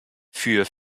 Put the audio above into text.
für